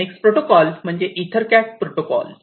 next protocol म्हणजे EtherCAT protocol